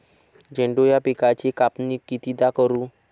झेंडू या पिकाची कापनी कितीदा करू?